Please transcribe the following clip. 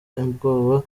ubwoba